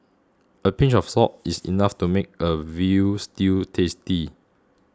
a pinch of salt is enough to make a veal stew tasty